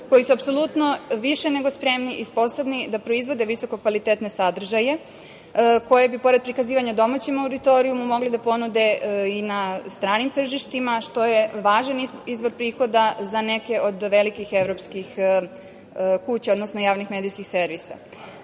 koji su apsolutno više nego spremni i sposobni da proizvode visoko kvalitetne sadržaje koje bi, pored prikazivanja domaćih auditorijuma, mogli da ponude i na stranim tržištima, što je važan izvor prihoda za neke od velikih evropskih kuća, odnosno javnih medijskih